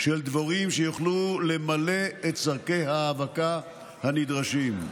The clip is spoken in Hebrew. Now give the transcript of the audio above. של דבורים שיוכלו למלא את צורכי ההאבקה הנדרשים.